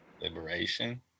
liberation